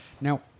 Now